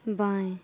बाएं